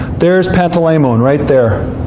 there's penteleimon, right there.